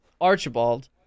Archibald